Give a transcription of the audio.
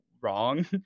wrong